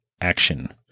action